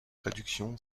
réduction